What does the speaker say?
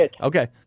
Okay